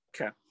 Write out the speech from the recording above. Okay